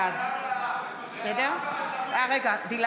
בעד ניר